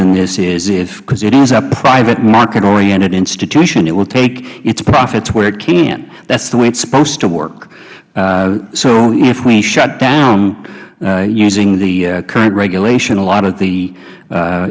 in this is if because it is a private market oriented institution it will take its profits where it can that is the way it is supposed to work so if we shut down using the current regulation a lot of the